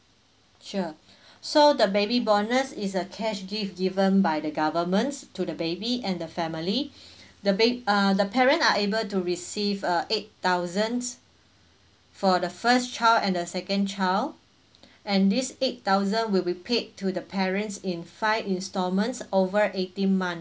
sure so the baby bonus is a cash gift given by the government to the baby and the family the bab~ uh the parent are able to receive err eight thousands for the first child and the second child and this eight thousand will be paid to the parents in five installments over eighteen